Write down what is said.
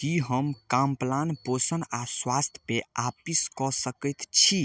की हम कॉम्प्लान पोषण आ स्वास्थ्य पेय आपिस कऽ सकैत छी